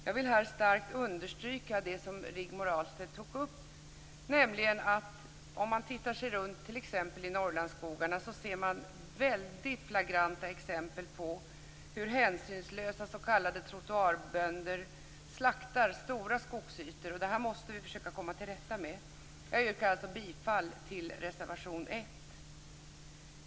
Jag vill här starkt understryka det som Rigmor Ahlstedt tog upp: Om man ser sig runt t.ex. i Norrlandsskogarna ser man väldigt flagranta exempel på hur hänsynslösa s.k. trottoarbönder slaktar stora skogsytor. Det här måste vi försöka komma till rätta med. Jag yrkar alltså bifall till reservation 1.